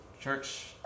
church